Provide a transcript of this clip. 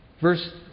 Verse